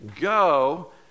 Go